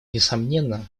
несомненно